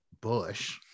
Bush